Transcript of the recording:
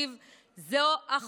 זה החובה שלכם.